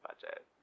budget